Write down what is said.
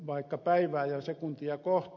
vaikka päivää ja sekuntia kohti